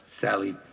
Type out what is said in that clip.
Sally